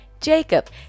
Jacob